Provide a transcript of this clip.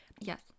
Yes